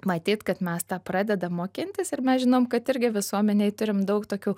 matyt kad mes tą pradedam mokintis ir mes žinom kad irgi visuomenėj turime daug tokių